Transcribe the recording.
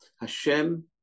Hashem